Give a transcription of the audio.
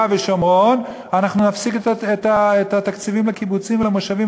ושומרון נפסיק את התקציבים לקיבוצים ולמושבים,